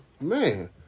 man